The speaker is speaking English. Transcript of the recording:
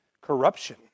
corruption